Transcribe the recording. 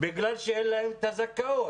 בגלל שאין להם את הזכאות.